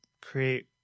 create